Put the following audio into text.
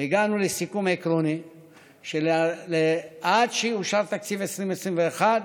והגענו לסיכום עקרוני שעד שיאושר תקציב 2020 2021,